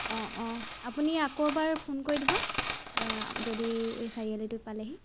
অঁ অঁ আপুনি আকৌ এবাৰ ফোন কৰি দিব যদি চাৰিআলিটো পালেহি